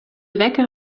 wekker